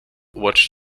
watch